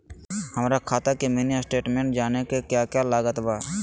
हमरा खाता के मिनी स्टेटमेंट जानने के क्या क्या लागत बा?